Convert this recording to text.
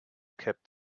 kept